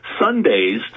Sundays